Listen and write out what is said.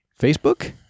Facebook